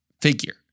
figure